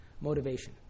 motivation